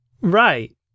Right